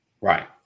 Right